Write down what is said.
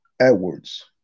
Edwards